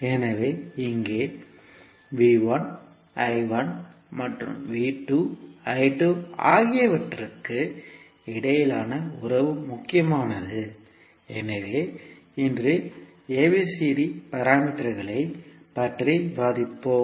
எனவே இங்கே மற்றும் ஆகியவற்றுக்கு இடையிலான உறவு முக்கியமானது எனவே இன்று ABCD பாராமீட்டர்களைப் பற்றி விவாதிப்போம்